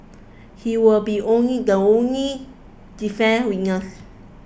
he will be only the only defence witness